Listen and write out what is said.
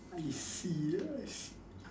I see yes